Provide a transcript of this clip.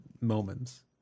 moments